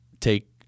take